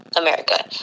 america